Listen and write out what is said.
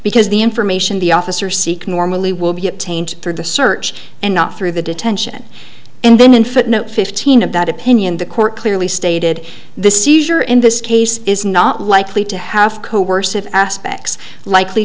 because the information the officer seek normally will be obtained through the search and not through the detention and then in footnote fifteen of that opinion the court clearly stated this seizure in this case is not likely to have coercive aspects likely